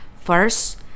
First